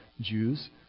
Jews